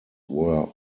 were